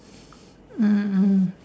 mm mm mm